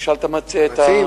תשאל את המציעים מה הם רוצים.